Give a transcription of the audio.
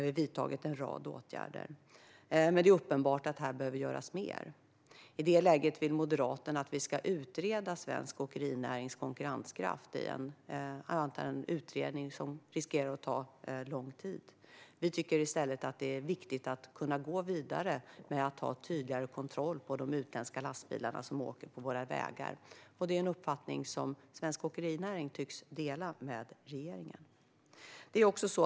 Vi har vidtagit en rad åtgärder, men det är uppenbart att mer behöver göras. I detta läge vill Moderaterna att vi ska utreda svensk åkerinärings konkurrenskraft, men det är en utredning som riskerar att ta lång tid. Vi tycker att det i stället är viktigt att kunna gå vidare med att ha tydligare kontroll över de utländska lastbilar som åker på våra vägar. Det är en uppfattning som svensk åkerinäring tycks dela med regeringen.